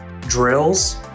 drills